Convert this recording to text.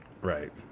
Right